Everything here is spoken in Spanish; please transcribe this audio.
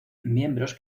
miembros